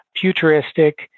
futuristic